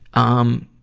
um,